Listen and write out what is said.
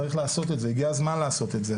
צריך לעשות את זה, הגיע הזמן לעשות את זה.